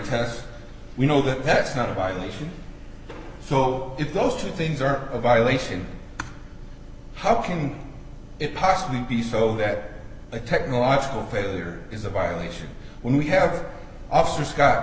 test we know that that's not a violation so if those two things are a violation how can it possibly be so that a technological failure is a violation when we have officer scott